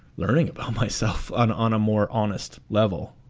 learning about myself on on a more honest level.